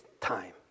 time